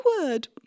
word